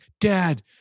Dad